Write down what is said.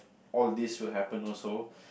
all this will happen also